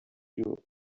you